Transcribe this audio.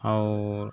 आओर